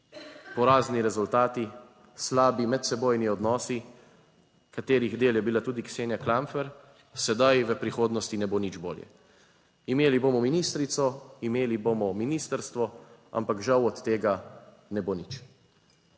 Porazni rezultati, slabi medsebojni odnosi, katerih del je bila tudi Ksenija Klampfer. Sedaj v prihodnosti ne bo nič bolje. Imeli bomo ministrico, imeli bomo ministrstvo, ampak žal od tega ne bo nič.